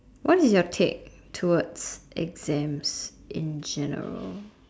what you take towards exams in general